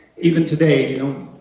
even today, you know,